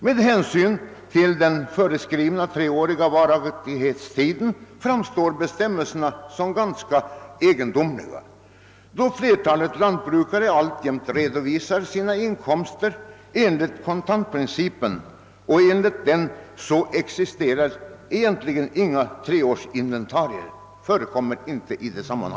Med hänsyn till den föreskrivna treåriga varaktigheten framstår bestämmelserna som ganska egendomliga, då flertalet lantbrukare alltjämt redovisar sina inkomster enligt kontantprincipen; enligt denna förekommer egentligen inte treårsinventarier.